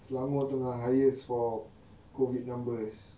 selangor tengah highest for COVID numbers